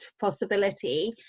possibility